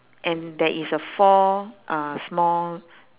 and there is a four uh small